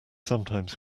sometimes